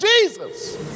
Jesus